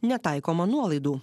netaikoma nuolaidų